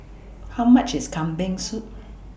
How much IS Kambing Soup